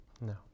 No